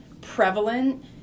prevalent